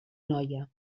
noia